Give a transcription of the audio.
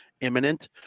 imminent